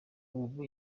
ubu